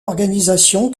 organisation